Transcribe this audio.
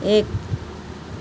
এক